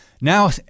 Now